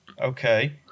Okay